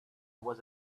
was